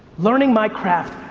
learning my craft.